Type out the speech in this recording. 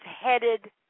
headed